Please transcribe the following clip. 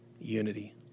unity